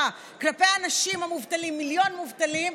כלפי האנשים המובטלים מיליון מובטלים,